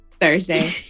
Thursday